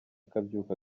akabyuka